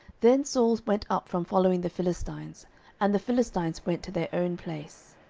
then saul went up from following the philistines and the philistines went to their own place.